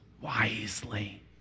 wisely